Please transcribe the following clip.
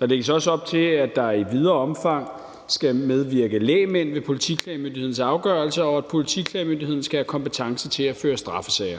Der lægges også op til, at der i videre omfang skal medvirke lægmænd ved Politiklagemyndighedens afgørelser, og at Politiklagemyndigheden skal have kompetence til at føre straffesager.